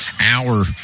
hour